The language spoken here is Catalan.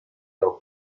del